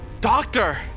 Doctor